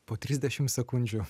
po trisdešim sekundžių